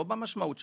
לא במשמעות שלו,